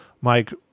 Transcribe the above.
mike